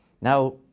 now